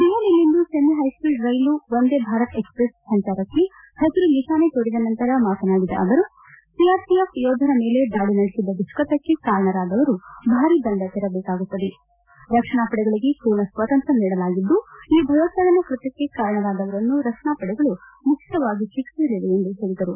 ದೆಹಲಿಯಲ್ಲಿಂದು semi high speed ರೈಲು Vande Bharat express ಸಂಜಾರಕ್ಕೆ ಪಸಿರು ನಿಶಾನೆ ತೋರಿದ ನಂತರ ಮಾತನಾಡಿದ ಅವರು ಸಿಆರ್ಪಿಎಫ್ ಯೋಧರ ಮೇಲೆ ದಾಳಿ ನಡೆಸಿದ ದುಷ್ಟತ್ಯಕ್ಕೆ ಕಾರಣರಾದವರು ಭಾರೀ ದಂಡ ತೆರಬೇಕಾಗುತ್ತದೆ ರಕ್ಷಣಾ ಪಡೆಗಳಿಗೆ ಮೂರ್ಣ ಸ್ವಾತಂತ್ರ್ಯ ನೀಡಲಾಗಿದ್ದು ಈ ಭಯೋತ್ಪಾದನಾ ಕೃತ್ಯಕ್ಕೆ ಕಾರಣರಾದವರನ್ನು ರಕ್ಷಣಾ ಪಡೆಗಳು ನಿಶ್ವಿತವಾಗಿ ಶಿಕ್ಷಿಸಲಿವೆ ಎಂದು ಹೇಳಿದರು